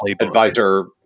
advisor